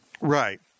Right